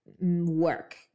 work